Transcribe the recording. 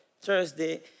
Thursday